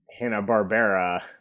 Hanna-Barbera